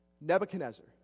Nebuchadnezzar